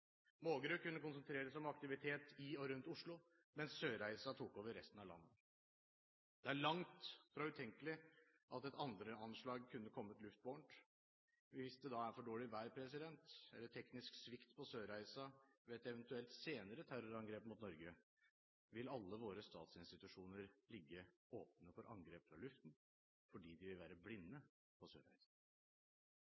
Mågerø kunne konsentreres om aktivitet i og rundt Oslo, mens Sørreisa tok over resten av landet. Det er langt fra utenkelig at et andreanslag kunne kommet luftbåret. Hvis det er for dårlig vær, eller det er teknisk svikt på Sørreisa ved et eventuelt senere terrorangrep mot Norge, vil alle våre statsinstitusjoner ligge åpne for angrep fra luften, fordi de vil være